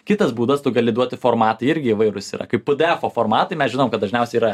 kitas būdas tu gali duoti formatai irgi įvairūs yra kaip pdefo formatai mes žinom kad dažniausiai yra